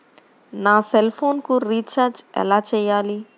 నా సెల్ఫోన్కు రీచార్జ్ ఎలా చేయాలి?